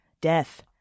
Death